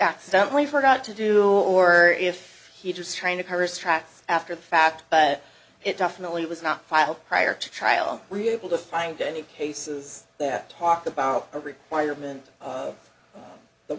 accidentally forgot to do or if he just trying to curse tracks after the fact but it definitely was not filed prior to trial really able to find any cases that talked about a requirement that the